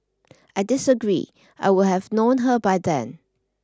I disagree I would have known her by then